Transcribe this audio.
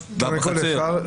זה לא מגודר.